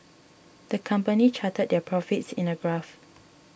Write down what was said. the company charted their profits in a graph